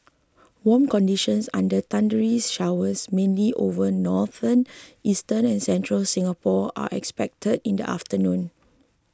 warm conditions under thundery showers mainly over northern eastern and central Singapore are expected in the afternoon